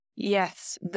Yes